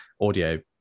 audio